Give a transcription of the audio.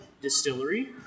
Distillery